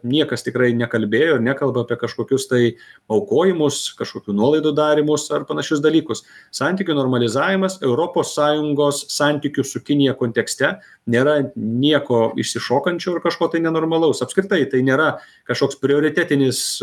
niekas tikrai nekalbėjo ir nekalba apie kažkokius tai aukojimus kažkokių nuolaidų darymus ar panašius dalykus santykių normalizavimas europos sąjungos santykių su kinija kontekste nėra nieko išsišokančio ir kažko tai nenormalaus apskritai tai nėra kažkoks prioritetinis